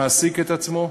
מעסיק את עצמו,